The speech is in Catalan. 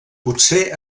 potser